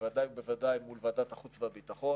בוודאי ובוודאי מול ועדת החוץ והביטחון.